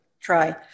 try